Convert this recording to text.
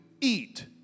eat